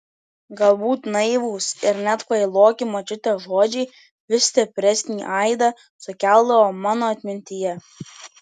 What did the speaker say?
galbūt naivūs ir net kvailoki močiutės žodžiai vis stipresnį aidą sukeldavo mano atmintyje